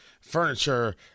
Furniture